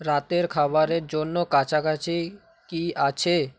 রাতের খাবারের জন্য কাছাকাছি কী আছে